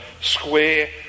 square